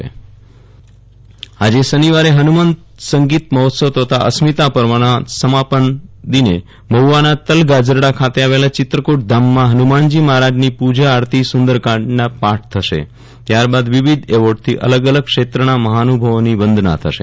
વિરલ રાણા અસ્મિતા પર્વ સમાપન આજે શનિવારે હનુમંત સંગીત મહોત્સવ તથા અસ્મિતાપર્વના સમાપન દિને મહુવાના તલગાજરડા ખાતે આવેલાં ચિત્રકૂટધામમાં હનુમાનજી મહારાજની પૂજા આરતી સુંદરકાંડના પાઠ થશે ત્યાર બાદ વિવિધ એવોર્ડથી અલગઅલગ ક્ષેત્રના મહાનુભાવોની વંદના થશે